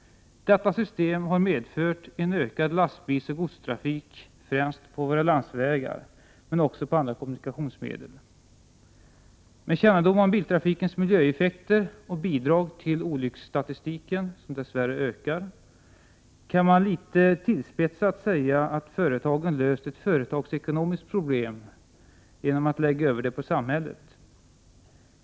Detta system har medfört en ökning av lastbilsoch godstrafiken, främst på våra landsvägar men också på andra håll. Med kännedom om biltrafikens miljöeffekter och bidrag till olyckorna, som dess värre ökar i antal, kan man litet tillspetsat säga att företagen har löst ett företagsekonomiskt problem genom att lägga över det på samhället.